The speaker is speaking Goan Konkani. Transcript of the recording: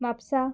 म्हापसा